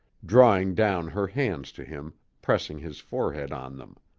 drawing down her hands to him, pressing his forehead on them.